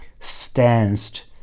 stanced